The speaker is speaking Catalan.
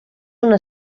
una